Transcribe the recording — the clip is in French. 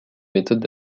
méthodes